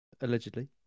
Allegedly